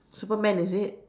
superman is it